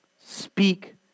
Speak